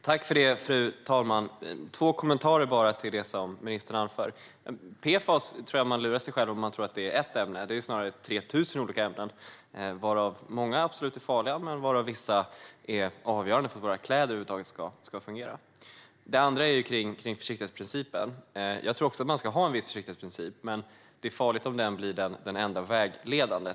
Fru talman! Jag har bara två kommentarer till det som ministern anför. Det första är att jag tror att man lurar sig själv om man tror att PFAS är ett ämne. Det är snarare 3 000 olika ämnen. Många av dem är absolut farliga, men vissa är avgörande för att våra kläder över huvud taget ska fungera. Det andra gäller försiktighetsprincipen. Jag tror också att man ska ha en viss försiktighetsprincip. Men det är farligt om den blir det enda som är vägledande.